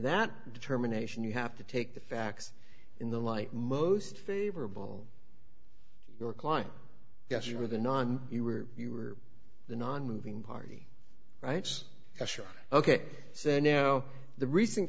that determination you have to take the facts in the light most favorable your client yes you were the non you were you were the nonmoving party right ok so now the recent